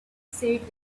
said